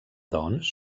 doncs